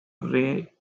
ray